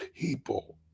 people